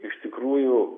iš tikrųjų